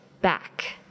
back